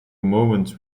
moments